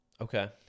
Okay